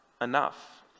enough